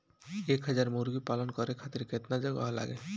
एक हज़ार मुर्गी पालन करे खातिर केतना जगह लागी?